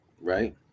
Right